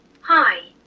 Hi